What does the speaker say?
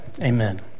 amen